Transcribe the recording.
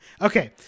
Okay